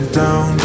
down